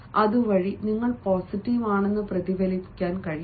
അതുവഴി നിങ്ങൾ പോസിറ്റീവ് ആണെന്ന് പ്രതിഫലിപ്പിക്കാൻ കഴിയും